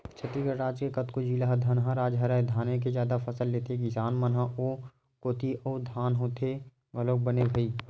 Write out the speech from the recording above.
छत्तीसगढ़ राज के कतको जिला ह धनहा राज हरय धाने के जादा फसल लेथे किसान मन ह ओ कोती अउ धान ह होथे घलोक बने भई